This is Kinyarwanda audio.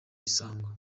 isango